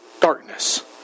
darkness